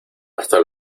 hasta